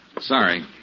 Sorry